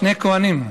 שני כוהנים,